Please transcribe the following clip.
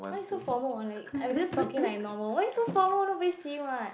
why so formal like I'm just talking like normal why so formal nobody see [what]